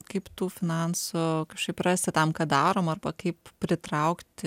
kaip tų finansų kažkaip rasti tam ką darom arba kaip pritraukti